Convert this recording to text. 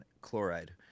chloride